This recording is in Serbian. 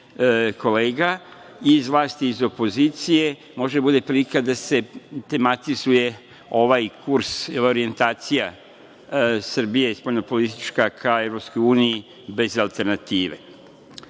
kolega iz vlasti i iz opozicije, može da bude prilika da se tematizuje ovaj kurs i ova orjentacija Srbije i spoljno-politička ka EI bez alternative. Kolega